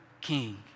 king